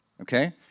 okay